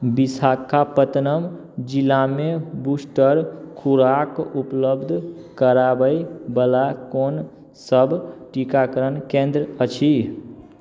विशाखापट्टनम जिलामे बूस्टर खोराक उपलब्ध कराबैवला कोनसब टीकाकरण केन्द्र अछि